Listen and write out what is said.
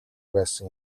байсан